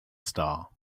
star